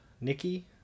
Nikki